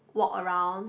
walk around